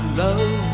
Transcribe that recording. love